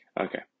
Okay